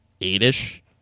eight-ish